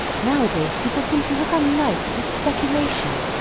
nowadays people seem to look on life as a speculation.